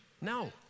No